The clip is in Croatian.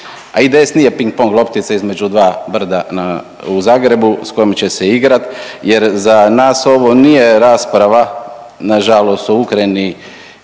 a IDS nije pink-pong loptica između dva brda u Zagrebu sa kojim će se igrati, jer za nas ovo nije rasprava na žalost o Ukrajini